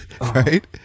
Right